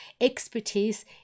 expertise